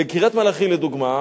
בקריית-מלאכי לדוגמה,